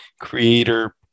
creator